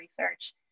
research